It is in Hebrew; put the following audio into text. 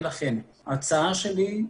לכן ההצעה שלי,